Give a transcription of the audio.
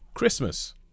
Christmas